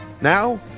Now